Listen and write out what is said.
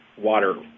water